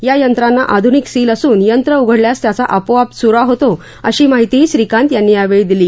या यंत्रांना आध्निक सील असून यंत्र उघडल्यास त्याचा आपोआप चुरा होतो अशी माहितीही श्रीकांत यांनी दिली